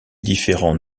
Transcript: différends